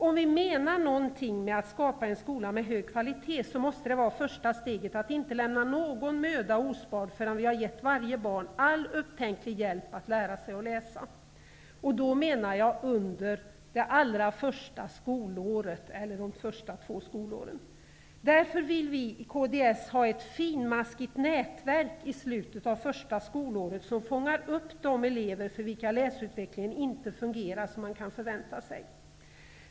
Om vi menar något med att skapa en skola med hög kvalitet, måste det första steget vara att inte lämna någon möda ospard förrän vi har gett varje barn all upptänklig hjälp att lära sig läsa. Jag menar då under det allra första skolåret eller under de första två skolåren. Därför vill vi i kds ha ett finmaskigt nätverk i slutet av det första skolåret som fångar upp de elever för vilka läsutvecklingen inte fungerar som man kan förvänta sig.